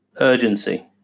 urgency